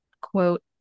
quote